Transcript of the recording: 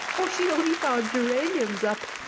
or she'll eat our geraniums up,